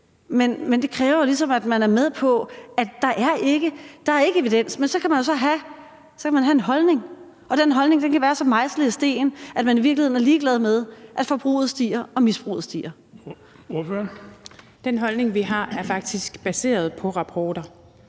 at man ligesom er med på, at der ikke er evidens, men så kan man jo have en holdning, og den holdning kan være så mejslet i sten, at man i virkeligheden er ligeglad med, at forbruget stiger og misbruget stiger. Kl. 16:37 Den fg. formand (Erling Bonnesen): Ordføreren.